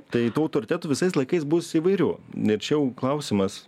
tai tų autoritetų visais laikais bus įvairių ir čia jau klausimas